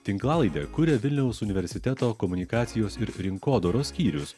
tinklalaidę kuria vilniaus universiteto komunikacijos ir rinkodaros skyrius